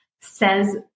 says